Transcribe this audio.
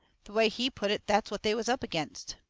the way he put it that's what they was up against.